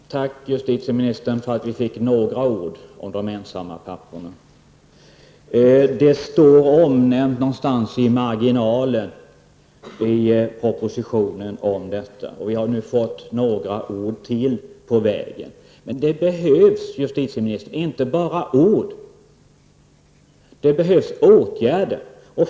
Herr talman! Tack, justitieministern, för att vi fick några ord om de ensamma papporna. De är omnämnda någonstans i marginalen i propositionen, och vi har nu fått ytterligare några ord på vägen. Men det behövs, justitieministern, inte bara ord, utan det behövs åtgärder.